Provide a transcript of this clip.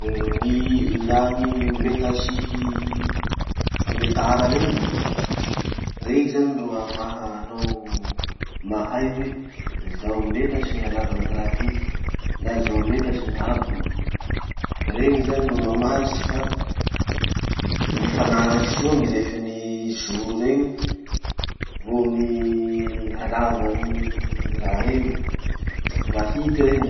Gny ilà gny metatry fametara reny. Rey zany ro ahafahanao mahay hoe, zao metatsy gny halavan'ny ty raha tiky na zao metatsy gny haabony. Regny zany ro mamaritry fa mifanaraky soa gny refin'ny zoro reny vo gny halavan'ny raha iny. Sady mahity reny.